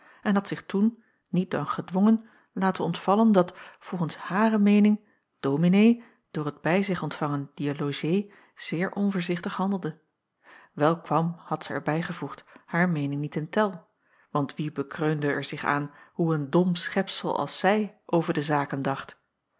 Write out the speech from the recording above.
en had zich toen niet dan gedwongen laten ontvallen dat volgens hare meening dominee door het bij zich ontvangen dier logée zeer onvoorzichtig handelde wel kwam had zij er bijgevoegd hare meening niet in tel want wie bekreunde er zich aan hoe een dom schepsel als zij over de zaken dacht